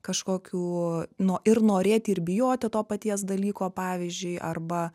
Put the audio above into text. kažkokių nuo ir norėti ir bijoti to paties dalyko pavyzdžiui arba